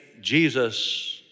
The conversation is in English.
Jesus